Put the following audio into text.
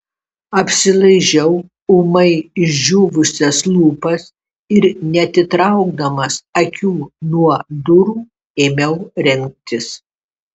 apsilaižiau ūmai išdžiūvusias lūpas ir neatitraukdamas akių nuo durų ėmiau rengtis